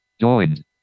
joined